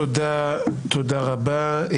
תודה רבה.